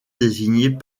désignée